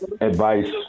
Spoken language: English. advice